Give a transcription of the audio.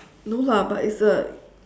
no lah but it's a